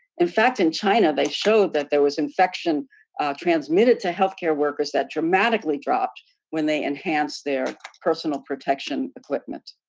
in fact in china they showed that there was infection transmitted to healthcare workers that dramatically dropped when they enhance their personal protection equipment.